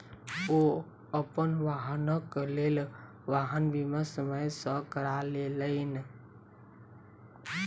ओ अपन वाहनक लेल वाहन बीमा समय सॅ करा लेलैन